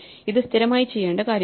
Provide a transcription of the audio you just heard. ഇത് സ്ഥിരമായി ചെയ്യേണ്ട കാര്യമാണ്